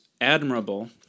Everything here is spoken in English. admirable